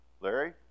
Larry